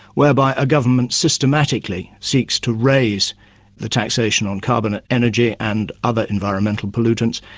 whereby a government systematically seeks to raise the taxation on carbon energy and other environmental pollutants,